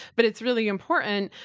but it's really important,